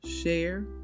share